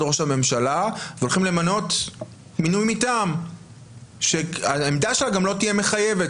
ראש הממשלה והולכים למנות מינוי מטעם שהעמדה שלה גם לא תהיה מחייבת.